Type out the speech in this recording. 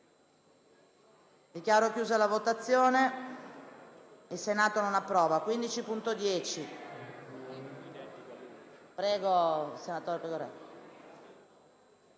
dichiaro chiusa la votazione. **Il Senato non approva.** *(v.